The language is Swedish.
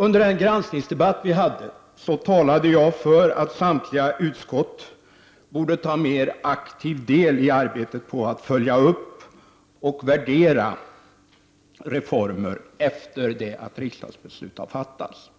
Under den granskningsdebatt som vi hade talade jag för att samtliga utskott borde ta mer aktiv del i arbetet på att följa upp och värdera reformer efter det att riksdagsbeslut har fattats.